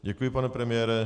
Děkuji, pane premiére.